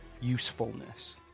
usefulness